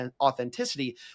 authenticity